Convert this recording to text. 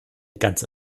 ganze